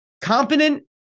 Competent